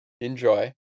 Enjoy